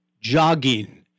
jogging